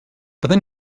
byddwn